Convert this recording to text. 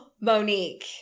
Monique